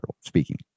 speaking